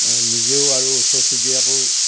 নিজেও আৰু ওচৰ চুবুৰীয়াকো